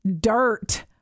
dirt